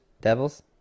Devils